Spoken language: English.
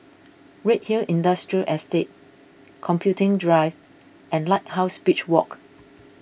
Redhill Industrial Estate Computing Drive and Lighthouse Beach Walk